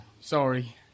sorry